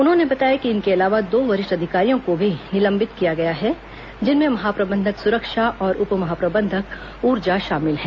उन्होंने बताया कि इनके अलावा दो वरिष्ठ अधिकारियों को भी निलंबित किया गया है जिनमें महाप्रबंधक सुरक्षा और उप महाप्रबंधक ऊर्जा शामिल हैं